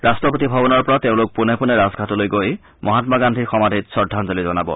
ৰাট্টপতি ভৱনৰ পৰা তেওঁলোক পোনে পোনে ৰাজঘাটলৈ গৈ মহামা গান্ধীৰ সমাধিত শ্ৰদ্ধাঞ্জলি জনাব